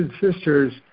sisters